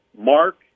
Mark